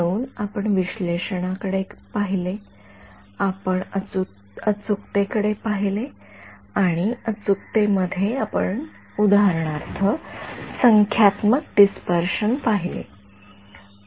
म्हणून आपण विश्लेषणाकडे पाहिले आपण अचूकतेकडे पाहिले आणि अचूकते मध्ये आपण उदाहरणार्थ संख्यात्मक डिस्पर्शन पाहिले